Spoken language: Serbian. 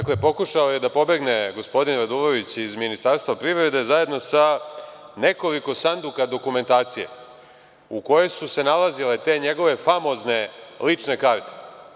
Dakle, pokušao je da pobegne gospodin Radulović iz Ministarstva privrede zajedno sa nekoliko sanduka dokumentacije u kojoj su se nalazile te njegove famozne lične karte.